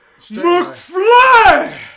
McFly